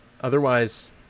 Otherwise